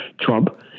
Trump